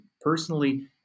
personally